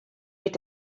mit